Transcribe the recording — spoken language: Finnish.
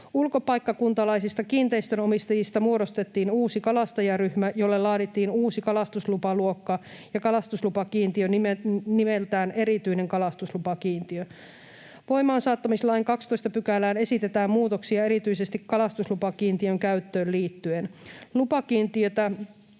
Ulkopaikkakuntalaisista kiinteistönomistajista muodostettiin uusi kalastajaryhmä, jolle laadittiin uusi kalastuslupaluokka ja kalastuslupakiintiö nimeltään ”erityinen kalastuslupakiintiö”. Voimaansaattamislain 12 §:ään esitetään muutoksia erityisesti kalastuslupakiintiön käyttöön liittyen. Lupakiintiötä